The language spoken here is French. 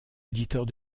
auditeurs